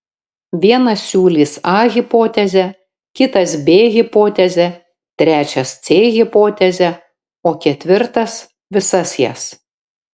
vienas siūlys a hipotezę kitas b hipotezę trečias c hipotezę o ketvirtas visas jas